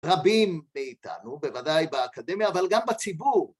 רבים מאיתנו, בוודאי באקדמיה, אבל גם בציבור